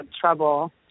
trouble